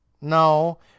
No